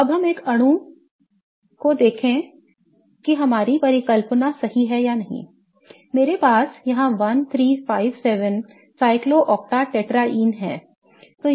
तो अब हम एक और अणु को देखें और देखें कि क्या हमारी परिकल्पना सही है मेरे पास यहां 1 3 5 7 cyclooctatetraene है